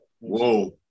Whoa